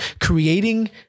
creating